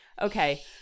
Okay